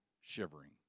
shivering